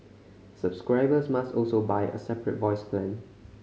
subscribers must also buy a separate voice plan